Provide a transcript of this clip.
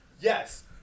Yes